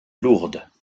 lourdes